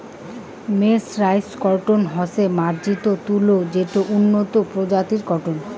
mercerised cotton হসে মার্জারিত তুলো যেটো উন্নত প্রজাতির কটন